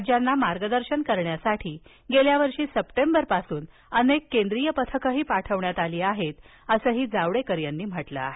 राज्यांना मार्गदर्शन करण्यासाठी गेल्या वर्षी सप्टेंबर पासून अनेक केंद्रीय पथकं पाठवण्यात आली आहेत असंही जावडेकर यांनी म्हटलं आहे